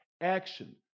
Action